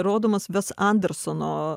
rodomas ves andersono